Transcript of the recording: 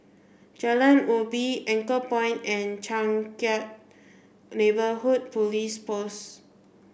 Jalan Ubi Anchorpoint and Changkat Neighbourhood Police Post